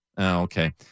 okay